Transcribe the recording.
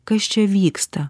kas čia vyksta